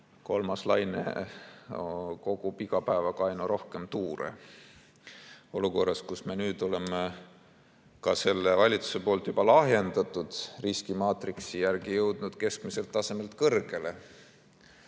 kolmas laine kogub iga päevaga aina rohkem tuure. Oleme olukorras, kus me oleme ka selle valitsuse poolt juba lahjendatud riskimaatriksi järgi jõudnud keskmiselt tasemelt kõrgusele,